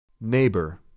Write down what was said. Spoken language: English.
Neighbor